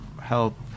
help